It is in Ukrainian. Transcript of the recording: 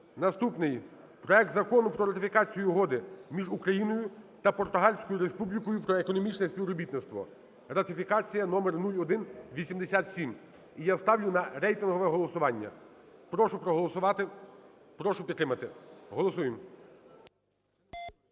Наступний – проект Закону про ратифікацію Угоди між Україною та Португальською Республікою про економічне співробітництво, ратифікація № 0187. І я ставлю на рейтингове голосування. Прошу проголосувати, прошу підтримати. Голосуємо.